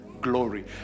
glory